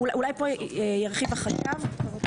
אולי פה ירחיב החשב?